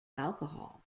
alcohol